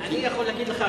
אני יכול להגיד לך,